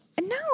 No